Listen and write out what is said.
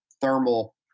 thermal